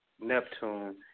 Neptune